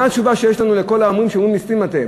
מה התשובה שיש לנו לכל העמים שאומרים, ליסטים אתם?